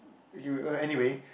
you uh anyway